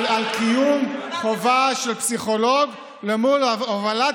על קיום חובה של פסיכולוג מול הובלת